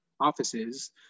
offices